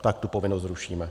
Tak tu povinnost zrušíme.